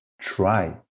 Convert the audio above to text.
try